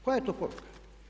Koja je to poruka?